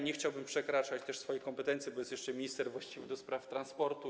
Nie chciałbym też przekraczać swoich kompetencji, bo jest jeszcze minister właściwy do spraw transportu.